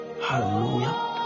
Hallelujah